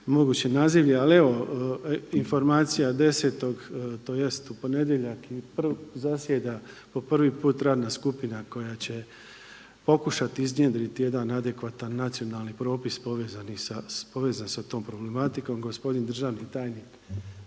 moguće nazivlje, ali evo informacija 10. tj. u ponedjeljak zasjeda po prvi put radna skupina koja će pokušat iznjedriti jedan adekvatan nacionalni propis povezan sa tom problematikom. Gospodin državni tajnik